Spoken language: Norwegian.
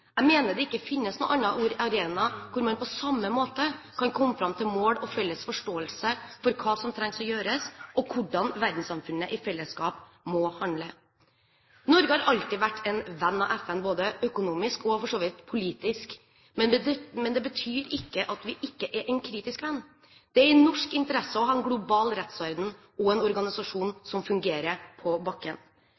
Jeg mener at det ikke finnes noen annen arena hvor man på samme måte kan komme fram til mål og felles forståelse for hva som trengs å gjøres, og hvordan verdenssamfunnet i fellesskap må handle. Norge har alltid vært en venn av FN, både økonomisk og for så vidt også politisk, men det betyr ikke at vi ikke er en kritisk venn. Det er i norsk interesse å ha en global rettsorden og en organisasjon